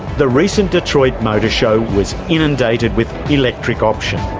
the recent detroit motor show was inundated with electric options.